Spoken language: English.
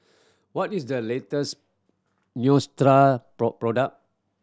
what is the latest Neostrata product